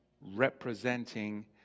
representing